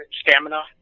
stamina